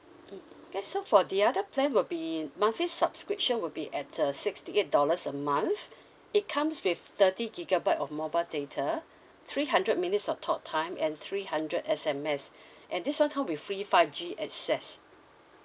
mm okay so for the other plan will be monthly subscription will be at uh sixty eight dollars a month it comes with thirty gigabyte of mobile data three hundred minutes of talk time and three hundred S_M_S and this [one] come with free five G access